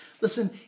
Listen